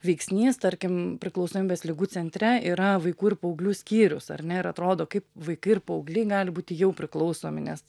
veiksnys tarkim priklausomybės ligų centre yra vaikų ir paauglių skyrius ar ne ir atrodo kaip vaikai ir paaugliai gali būti jau priklausomi nes